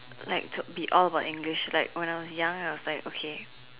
like to be all about English like when I was young I was like okay